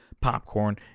popcorn